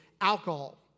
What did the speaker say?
alcohol